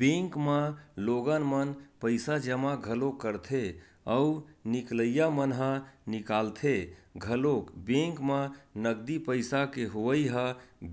bank म लोगन मन पइसा जमा घलोक करथे अउ निकलइया मन ह निकालथे घलोक बेंक म नगदी पइसा के होवई ह